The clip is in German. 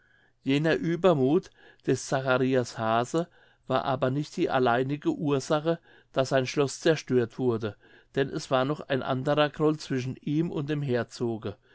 jener uebermuth des zacharias hase war aber nicht die alleinige ursache daß sein schloß zerstört wurde denn es war noch ein andrer groll zwischen ihm und dem herzoge